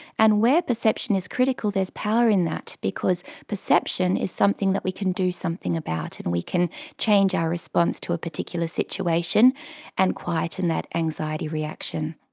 and where perception is critical there is power in that because perception is something that we can do something about and we can change our response to a particular situation and quieten that anxiety reaction.